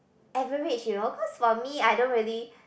average you know cause for me I don't really